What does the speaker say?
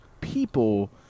people